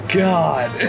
god